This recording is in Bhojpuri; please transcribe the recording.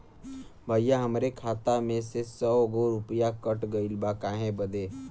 भईया हमरे खाता में से सौ गो रूपया कट गईल बा काहे बदे?